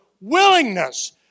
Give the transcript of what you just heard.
willingness